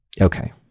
Okay